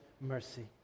mercy